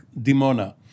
Dimona